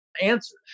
Answer